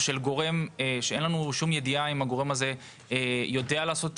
גורם שאין לנו ידיעה אם הוא יודע לעשות את